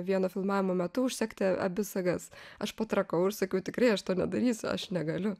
vieno filmavimo metu užsegti abi sagas aš patrakau ir sakiau tikrai aš to nedarys aš negaliu